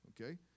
okay